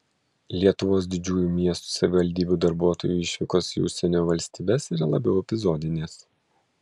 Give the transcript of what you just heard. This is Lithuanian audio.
lietuvos didžiųjų miestų savivaldybių darbuotojų išvykos į užsienio valstybes yra labiau epizodinės